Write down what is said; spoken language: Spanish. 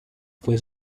fue